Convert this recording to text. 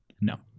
No